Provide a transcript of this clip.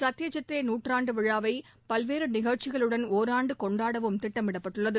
சத்யஜித்ரே நூற்றாண்டு விழாவை பல்வேறு நிகழ்ச்சிகளுடன் ஒராண்டு கொண்டாடவும் திட்டமிடப்பட்டுள்ளது